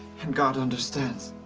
and god understands.